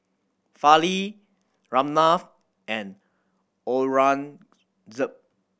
Fali Ramnath and Aurangzeb